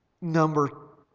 number